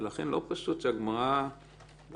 ולכן, לא פשוט שהגמרא אומרת,